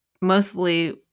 mostly